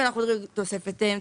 אם אנחנו אומרים תוספת אם,